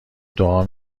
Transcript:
دعا